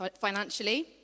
financially